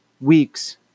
weeks